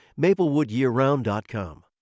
MaplewoodYearRound.com